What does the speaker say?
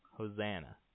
Hosanna